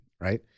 right